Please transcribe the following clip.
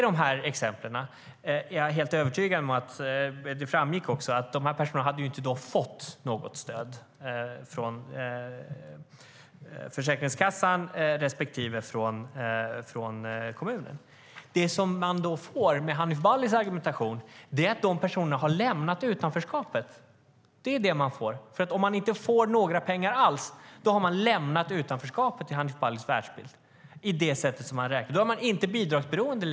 Dessa personer fick alltså inget stöd från Försäkringskassan respektive kommunen. Men med Hanif Balis argumentation har dessa personer lämnat utanförskapet. Om man inte får några pengar alls har man lämnat utanförskapet, enligt Hanif Balis världsbild. Då är man inte längre bidragsberoende.